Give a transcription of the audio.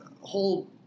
whole